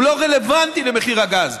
הוא לא רלוונטי למחיר הגז.